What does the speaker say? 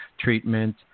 treatment